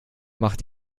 macht